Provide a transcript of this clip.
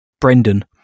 brendan